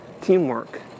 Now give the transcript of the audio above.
teamwork